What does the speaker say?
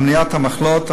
על מניעת המחלות,